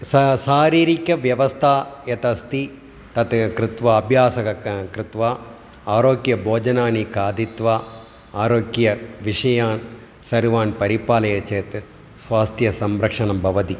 सा शारीरिकव्यवस्था यत् अस्ति तत् कृत्वा अभ्यासं क कृत्वा आरोग्यभोजनानि खादित्वा आरोग्यविषयान् सर्वान् परिपाल्य चेत् स्वास्थ्यसंरक्षणं भवति